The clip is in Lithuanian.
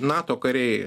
nato kariai